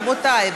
רבותי,